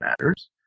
matters